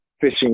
fishing